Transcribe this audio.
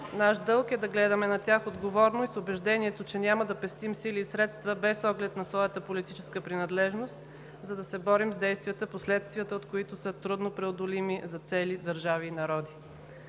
Наш дълг е да гледаме на тях отговорно и с убеждението, че няма да пестим сили и средства, без оглед на своята политическа принадлежност, за да се борим с действията, последствията от които са трудно преодолими за цели държави и народи.